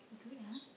good ah